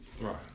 Right